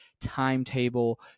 timetable